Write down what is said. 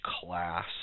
class